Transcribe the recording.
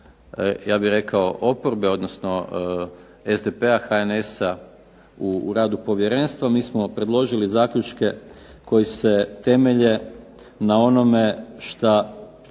ja bih rekao oporbe odnosno SDP-a, HNS-a u radu povjerenstva. Mi smo predložili zaključke koji se temelje na onome što